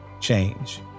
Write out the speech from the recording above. change